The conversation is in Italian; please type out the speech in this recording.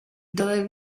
dove